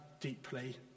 deeply